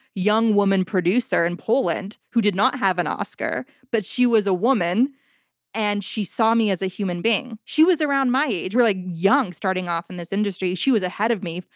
young woman producer in poland, who did not have an oscar, but she was a woman and she saw me as a human being. she was around my age. we're like young starting off in this industry. she was ahead of me,